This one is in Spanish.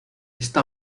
está